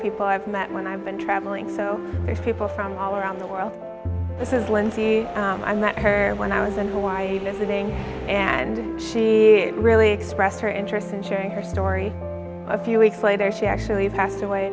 people i've met when i've been traveling so there's people from all around the world this is lindsay i met her when i was in hawaii visiting and she really expressed her interest in sharing her story a few weeks later she actually passed away